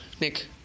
Nick